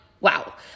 wow